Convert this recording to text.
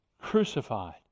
crucified